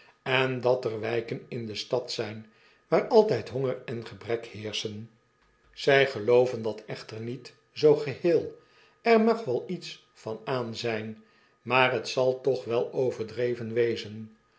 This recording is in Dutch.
en dat er wijken in de stad zyn waar altyd honger en gebrek heerschen zy gelooven dat echter niet zoo geheel er mag wel iets van aan zyn maar het zal toch wel overdreven wezen